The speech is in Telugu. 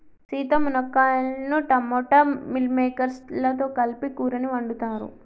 సీత మునక్కాయలను టమోటా మిల్ మిల్లిమేకేర్స్ లతో కలిపి కూరని వండుతారు